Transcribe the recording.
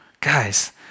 guys